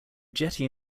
jetty